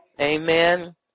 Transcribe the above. Amen